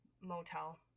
motel